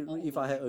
orh ongoing